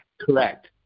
Correct